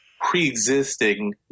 preexisting